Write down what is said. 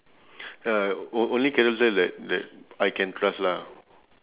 ya on~ only carousell that that I can trust lah